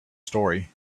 story